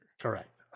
Correct